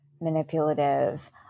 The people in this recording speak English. manipulative